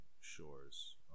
shores